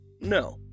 No